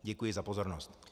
Děkuji za pozornost.